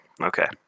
Okay